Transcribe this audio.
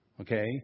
Okay